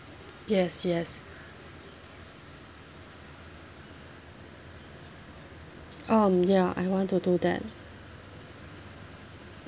yes yes um ya I want to do that